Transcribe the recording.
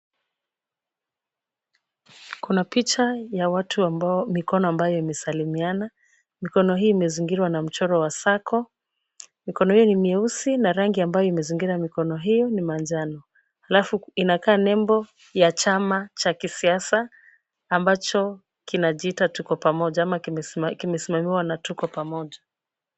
Kuna picha ya watu ambao mikono ambayo imesalimiana. Mikono hii imezingirwa na mchoro wa circle . Mikono hii ni nyeusi na rangi ambayo imezingira mikono hii ni manjano. Halafu inakaa nembo ya chama cha kisiasa ambacho kinajiita tuko pamoja ama kimesimamiwa na tuko pamoja.